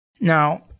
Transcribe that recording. Now